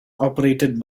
operated